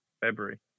February